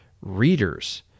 readers